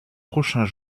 prochains